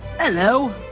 Hello